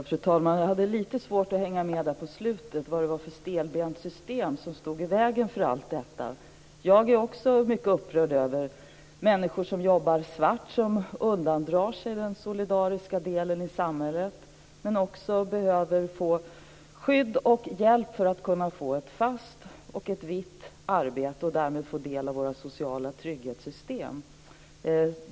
Herr talman! Jag hade lite svårt att hänga med på slutet när det gällde vilket stelbent system som stod i vägen för allt detta. Jag är också mycket upprörd över människor som jobbar svart och undandrar sig den solidariska delen i samhället, men också behöver få skydd och hjälp för att kunna få ett fast vitt arbete och därmed få del av våra sociala trygghetssystem.